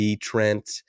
Trent